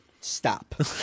Stop